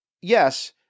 yes